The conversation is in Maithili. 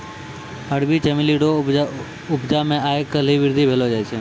अरबी चमेली रो उपजा मे आय काल्हि वृद्धि भेलो छै